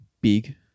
big